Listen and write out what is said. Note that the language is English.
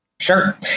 sure